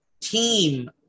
team